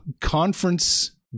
conference